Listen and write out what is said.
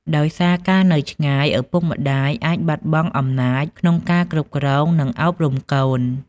ដោយសារការនៅឆ្ងាយ ឪពុកម្ដាយអាចបាត់បង់អំណាចក្នុងការគ្រប់គ្រង និងអប់រំកូន។